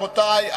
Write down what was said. רבותי,